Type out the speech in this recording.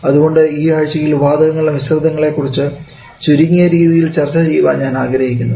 അതുകൊണ്ട് ഈ ആഴ്ചയിൽ വാതകങ്ങളുടെ മിശ്രിതങ്ങളെകുറിച്ചു ചുരുങ്ങിയ രീതിയിൽ ചർച്ച ചെയ്യാൻ ഞാൻ ആഗ്രഹിക്കുന്നു